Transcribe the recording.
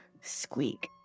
Squeak